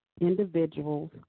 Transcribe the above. individuals